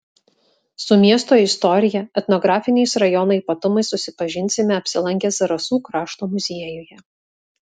su miesto istorija etnografiniais rajono ypatumais susipažinsime apsilankę zarasų krašto muziejuje